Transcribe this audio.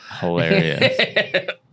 hilarious